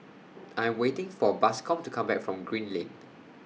I'm waiting For Bascom to Come Back from Green Lane